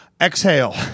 exhale